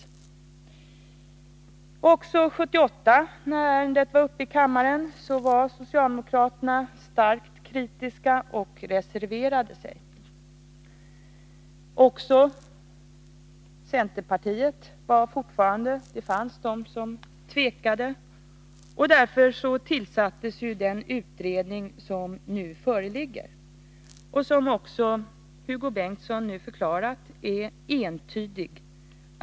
Också 1978, när ärendet ånyo var uppe i kammaren, var socialdemokraterna starkt kritiska och reserverade sig mot bidragen. Även inom centerpartiet fanns det fortfarande de som tvekade, och därför tillsattes den utredning, vars betänkande nu föreligger och som Hugo Bengtsson förklarat som entydigt.